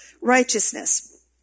righteousness